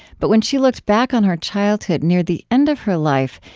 but when she looked back on her childhood near the end of her life,